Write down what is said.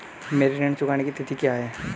मेरे ऋण चुकाने की तिथि क्या है?